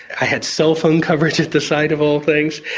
i had cellphone coverage at the site, of all things,